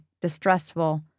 distressful